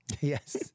Yes